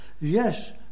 Yes